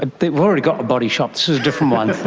ah they've already got a body shop, this is a different one.